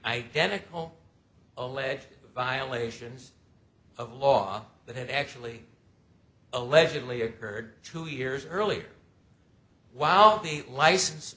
identical alleged violations of law that had actually allegedly occurred two years earlier while the license